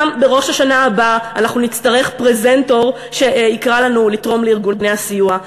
גם בראש השנה הבא אנחנו נצטרך פרזנטור שיקרא לנו לתרום לארגוני הסיוע,